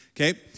okay